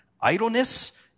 idleness